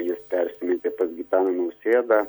jis persimetė pas gitaną nausėdą